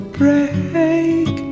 break